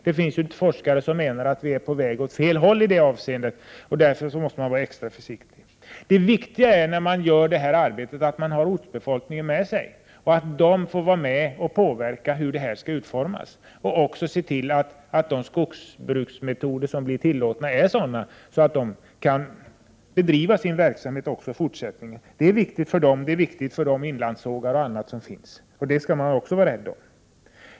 Det finns forskare som menar att vi är på väg åt fel håll i det avseendet och att man därför måste vara extra försiktig. Det viktiga är att man har ortsbefolkningen med sig när man bedriver detta arbete, och att den får vara med och påverka utformningen och se till att de skogsbruksmetoder som tillåts är sådana att det är möjligt för befolkningen att bedriva sin verksamhet också i fortsättningen. Det är viktigt för befolkningen och för bl.a. de inlandssågar som finns. Dem skall man också vara rädd om.